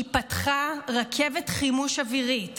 היא פתחה רכבת חימוש אווירית,